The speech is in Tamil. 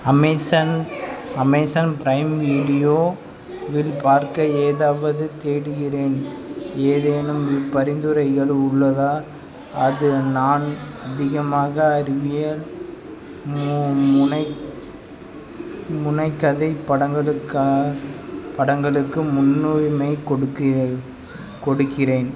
அமேசான் அமேசான் பிரைம் வீடியோவில் பார்க்க ஏதாவது தேடுகிறேன் ஏதேனும் பரிந்துரைகள் உள்ளதா அது நான் அதிகமாக அறிவியல் மு முனை முனைகதை படங்களுக்காக படங்களுக்கு முன்னுரிமை கொடுக்கிற கொடுக்கிறேன்